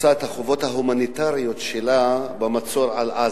עושה את החובות ההומניטריות שלה במצור על עזה.